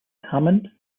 hammond